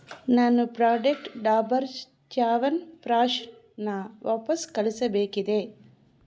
ನಾನು ಪ್ರಾಡೆಕ್ಟ್ ಡಾಬರ್ ಚ್ಯವನಪ್ರಾಷನ್ನ ವಾಪಸ್ ಕಳಿಸಬೇಕಿದೆ